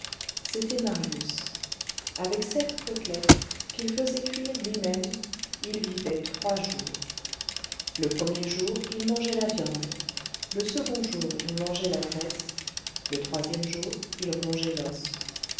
c'était marius avec cette côtelette qu'il faisait cuire lui-même il vivait trois jours le premier jour il mangeait la viande le second jour il mangeait la graisse le troisième jour il rongeait l'os